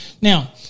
Now